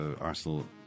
Arsenal